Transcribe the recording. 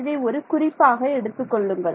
இதை ஒரு குறிப்பாக எடுத்துக் கொள்ளுங்கள்